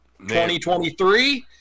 2023